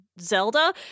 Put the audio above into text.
Zelda